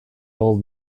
old